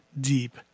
deep